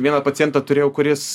vieną pacientą turėjau kuris